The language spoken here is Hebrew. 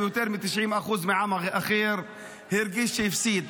ויותר מ-90% מהעם האחר הרגיש שהפסיד.